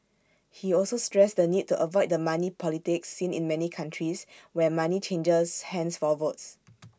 he also stressed the need to avoid the money politics seen in many countries where money changes hands for votes